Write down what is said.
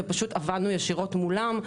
ופשוט עבדנו ישירות מולם,